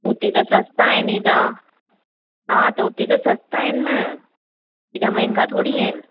हुते त सस्ता आहिनि हेॾा हा हुते त सस्ता आहिनि न हेॾा महांगा थोरी आहिनि